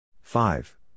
five